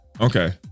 Okay